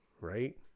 right